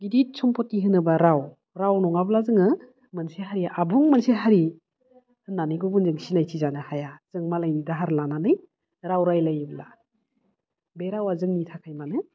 गिदित सम्पति होनोबा राव राव नङाब्ला जोङो मोनसे हारिया आबुं मोनसे हारि होननानै गुबुनजों सिनायथि जानो हाया जों मालायनि दाहार लानानै राव रायलायोब्ला बे रावा जोंनि थाखाय मानो